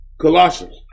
Colossians